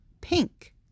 pink